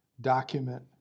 document